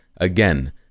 again